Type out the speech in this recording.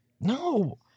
No